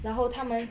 然后他们